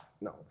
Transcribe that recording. No